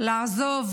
לעזוב